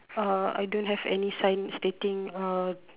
uh I don't have any sign stating uh